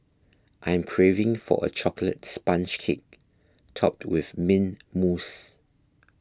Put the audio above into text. I am craving for a Chocolate Sponge Cake Topped with Mint Mousse